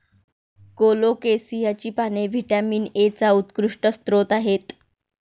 कोलोकेसियाची पाने व्हिटॅमिन एचा उत्कृष्ट स्रोत आहेत